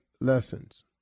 lessons